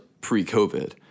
pre-COVID